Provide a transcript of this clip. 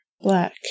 Black